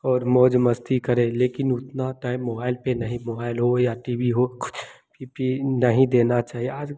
और मौज मस्ती करें लेकिन उतना टाइम मोबाइल पर नहीं मोबाइल हो या टी वी हो कुछ भी नहीं देना चाहिए